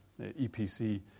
EPC